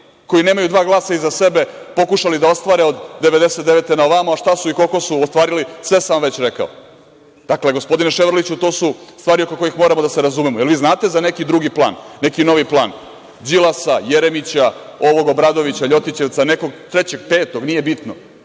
koji nemaju dva glasa iza sebe, pokušali da ostvare od 1999. na ovamo, a šta su i koliko su ostvarili, sve sam vam već rekao. Dakle, gospodine Ševarliću, to su stvari oko kojih moramo da se razumemo. Da li vi znate za neki drugi plani, neki novi plan Đilasa, Jeremića, ovog Obradovića, Ljotićevca, nekog trećeg, petog, nije bitno,